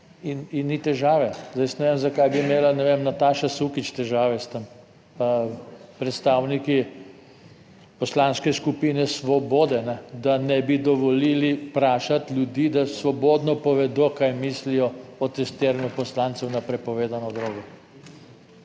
in ni težave zdaj. Jaz ne vem, zakaj bi imela, ne vem, Nataša Sukič težave s tem, pa predstavniki Poslanske skupine Svobode. Da ne bi dovolili vprašati ljudi, da svobodno povedo, kaj mislijo o testiranju poslancev na prepovedano drogo.